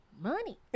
money